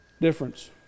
difference